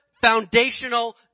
foundational